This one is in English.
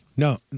No